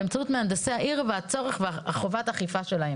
באמצעות מהנדסי העיר והצורך וחובת האכיפה שלהם.